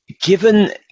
Given